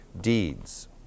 deeds